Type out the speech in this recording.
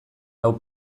lau